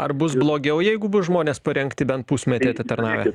ar bus blogiau jeigu bus žmonės parengti bent pusmetį atitarnavę